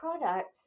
products